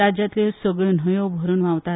राज्यांतल्यो सगल्यो न्हंयो भरून व्हांवतात